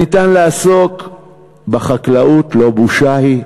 ניתן לעסוק בחקלאות, לא בושה היא,